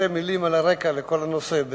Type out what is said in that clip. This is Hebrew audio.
שתי מלים על הרקע לכל הנושא.